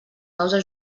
causa